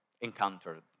encountered